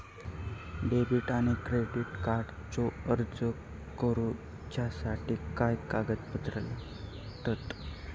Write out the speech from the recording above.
Debit आणि credit कार्डचो अर्ज करुच्यासाठी काय कागदपत्र लागतत?